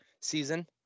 season